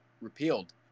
repealed